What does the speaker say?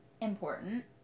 important